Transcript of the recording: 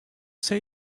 say